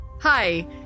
Hi